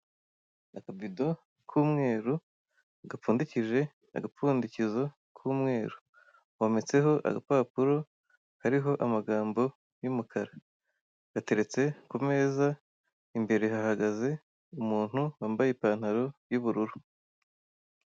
Akabido k'umweru gapfundikije agapfundikizo k'umweru, kometseho agapapuro kariho amagambo y'umukara, gateretse ku meza, imbere hahagaze umuntu wambaye ipantaro y'ubururu.